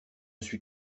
suis